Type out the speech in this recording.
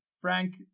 Frank